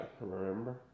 remember